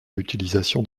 l’utilisation